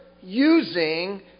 using